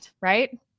right